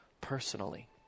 personally